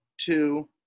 two